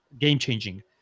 game-changing